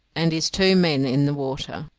and his two men in the water.